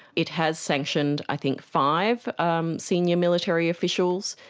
it has sanctioned, i think, five um senior military officials.